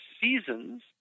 seasons